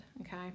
Okay